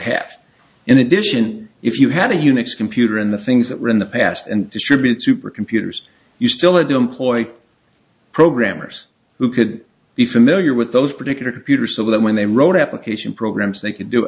have in addition if you had a unix computer and the things that were in the past and distribute supercomputers you still had the employ programmers who could be familiar with those particular computer so that when they wrote application programs they could do it